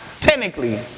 Technically